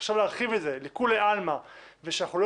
עכשיו להרחיב את זה לכולי עלמא וכשאנחנו לא